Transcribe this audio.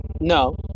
No